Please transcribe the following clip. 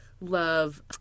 love